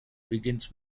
begins